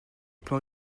plan